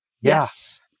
Yes